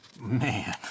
man